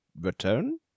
return